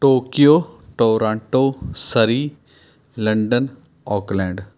Tokyo Toronto Surrey London Auckland